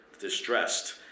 distressed